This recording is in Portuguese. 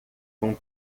com